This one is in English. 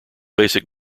basic